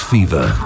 Fever